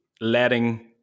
letting